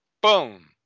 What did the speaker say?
boom